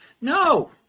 No